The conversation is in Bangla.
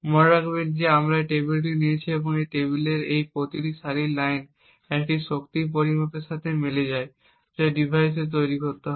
মনে রাখবেন যে আমরা এই টেবিলটি নিয়েছি এবং এই নির্দিষ্ট টেবিলের এই বা প্রতিটি সারির প্রতিটি লাইন একটি শক্তি পরিমাপের সাথে মিলে যায় যা ডিভাইসে তৈরি করা হয়